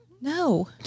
No